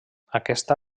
aquesta